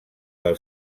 del